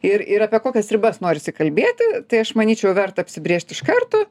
ir ir apie kokias ribas norisi kalbėti tai aš manyčiau verta apsibrėžti iš karto